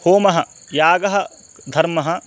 होमः यागः धर्मः